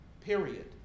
period